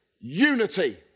Unity